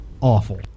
awful